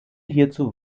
hierzu